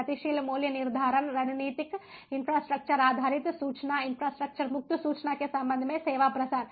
गतिशील मूल्य निर्धारण रणनीतिक इंफ्रास्ट्रक्चर आधारित सूचना इंफ्रास्ट्रक्चर मुक्त सूचना के संबंध में सेवा प्रसार